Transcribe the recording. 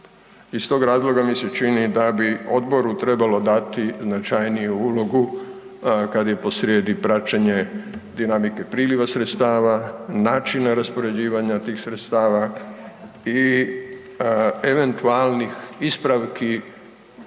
Iz tog razloga mi se čini da bi odboru trebalo dati značajniju ulogu kada je posrijedi praćenje dinamike priljeva sredstava, načina raspoređivanja tih sredstava i eventualnih ispravki